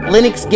Linux